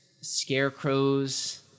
scarecrows